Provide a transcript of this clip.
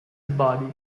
body